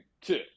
two